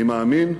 אני מאמין,